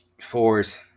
Fours